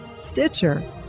Stitcher